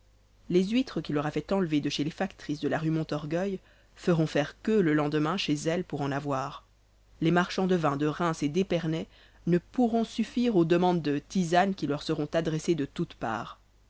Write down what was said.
les huîtres qu'il aura fait enlever de chez les factrices de la rue montorgueil feront faire queue le lendemain chez elles pour en avoir les marchands de vins de reims et d'épernay ne pourront suffire aux demandes de tisane qui leur seront adressées de toutes parts